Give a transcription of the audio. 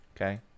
okay